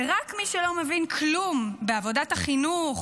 רק מי שלא מבינים כלום בעבודת החינוך